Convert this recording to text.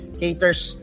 caters